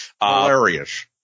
Hilarious